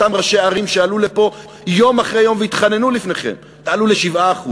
אותם ראשי ערים שעלו לפה יום אחרי יום והתחננו בפניכם: תעלו ל-7%,